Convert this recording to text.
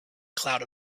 cloud